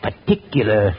Particular